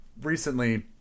recently